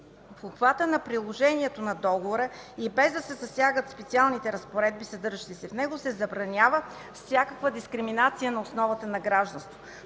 „В обхвата на приложението на договора и без да се засягат специалните разпоредби, съдържащи се в него, се забранява всякаква дискриминация на основата на гражданство”.